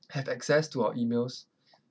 have access to our emails